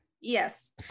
Yes